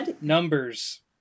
Numbers